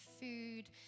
food